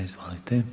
Izvolite.